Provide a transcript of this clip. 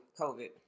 COVID